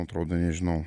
atrodo nežinau